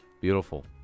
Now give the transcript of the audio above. Beautiful